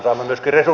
siitä kiitos